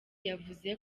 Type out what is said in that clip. yavuze